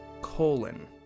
Colon